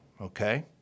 okay